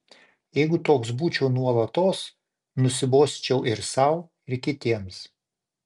jeigu toks būčiau nuolatos nusibosčiau ir sau ir kitiems